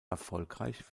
erfolgreich